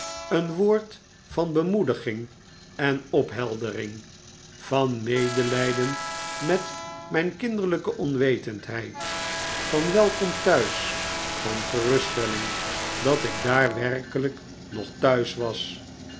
een woord van bemoediging en opheldering van medelijden met mijn kinderlijke onwetendheid van welkom fhuis van geruststelling dat ik daar werkelijk nog thuis was